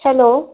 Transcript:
hello